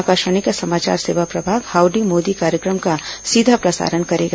आकाशवाणी का समाचार सेवा प्रभाग हाउडी मोदी कार्यक्रम का सीधा प्रसारण करेगा